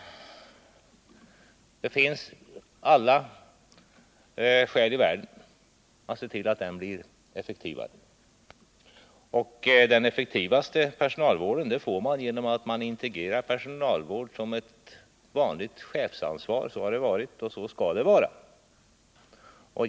Det finns alla skäl i världen att se till att den blir effektivare. Den effektivaste personalvården får man genom att man gör personalvården till ett vanligt chefsansvar. Så har det varit och så skall det vara.